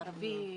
לערבים,